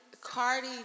Cardi